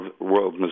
World